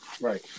Right